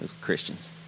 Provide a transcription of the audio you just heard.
Christians